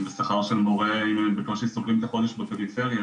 עם שכר של מורה בקושי סוגרים את החודש בפריפריה,